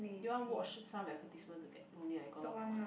do you want to watch some advertisement to get no need ah you got a lot of coin